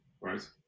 right